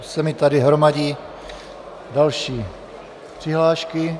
Už se mi tady hromadí další přihlášky.